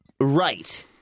right